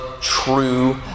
true